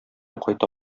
кайта